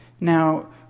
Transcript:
Now